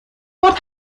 برد